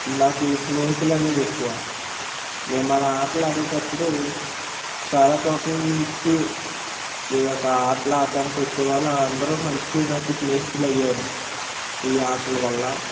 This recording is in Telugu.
నాకు స్నేహితులు అనేది ఎక్కువ మేము అలా ఆటలు ఆడేటప్పుడు చాలా చోట్ల నుంచి ఈ యొక్క ఆటలు ఆడడానికి వచ్చేవాళ్ళు వాళ్ళందరూ మంచి నాకు స్నేహితులయ్యారు ఈ ఆటల వల్ల